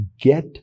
Get